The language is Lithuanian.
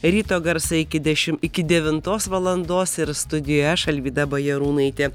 ryto garsai iki dešim iki devintos valandos ir studijoje aš alvyda bajarūnaitė